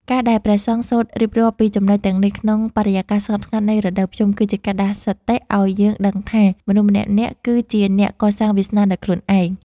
ការដែលព្រះសង្ឃសូត្ររៀបរាប់ពីចំណុចទាំងនេះ ក្នុងបរិយាកាសស្ងប់ស្ងាត់នៃរដូវភ្ជុំ គឺជាការដាស់សតិឱ្យយើងដឹងថា មនុស្សម្នាក់ៗគឺជាអ្នកកសាងវាសនាដោយខ្លួនឯង។